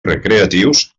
recreatius